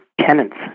tenants